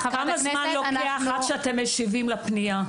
כמה זמן לוקח עד שאתם משיבים לפנייה?